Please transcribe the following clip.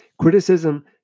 Criticism